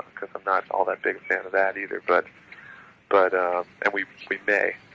because i'm not all that big a fan of that either. but but and we we may,